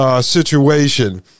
situation